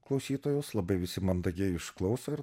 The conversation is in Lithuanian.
klausytojus labai visi mandagiai išklauso ir